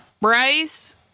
bryce